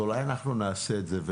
אז אולי זה נעשה את זה.